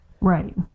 Right